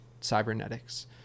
cybernetics